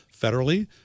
federally